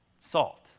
Salt